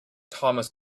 thomas